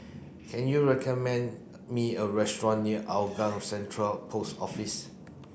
can you recommend me a restaurant near Hougang Central Post Office